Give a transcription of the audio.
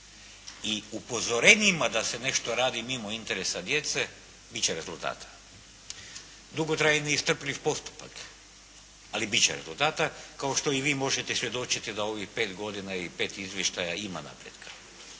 i upozorenjima da se nešto radi mimo interesa djece bit će rezultata. Dugotrajni i strpljiv postupak, ali bit će rezultata kao što i vi možete svjedočiti da u ovih pet godina i pet izvještaja ima napretka.